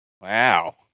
Wow